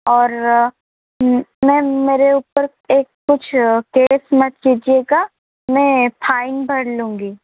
और मैम मेरे ऊपर एक कुछ केस मत कीजिएगा मैं फाइन भर लूँगी